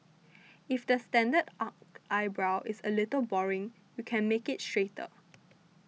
if the standard arched eyebrow is a little boring you can make it straighter